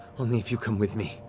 only if you come with me.